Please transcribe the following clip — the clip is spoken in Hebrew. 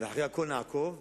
ואחרי הכול נעקוב.